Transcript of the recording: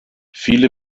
viele